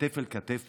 כתף אל תכף,